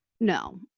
No